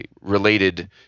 related